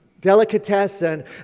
delicatessen